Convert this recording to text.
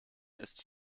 ist